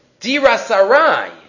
Dirasarai